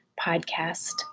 podcast